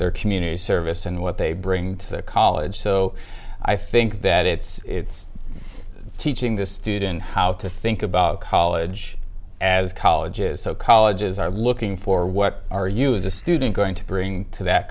their community service and what they bring to the college so i think that it's teaching the students how to think about college as colleges so colleges are looking for what are you as a student going to bring to that